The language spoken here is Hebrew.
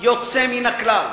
יוצא מן הכלל.